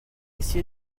essayé